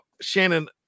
Shannon